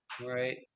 Right